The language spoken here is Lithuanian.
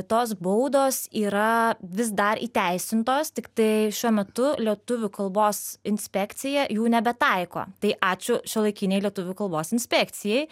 tos baudos yra vis dar įteisintos tiktai šiuo metu lietuvių kalbos inspekcija jų nebetaiko tai ačiū šiuolaikinei lietuvių kalbos inspekcijai